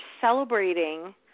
celebrating